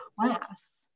class